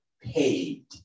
paid